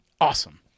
awesome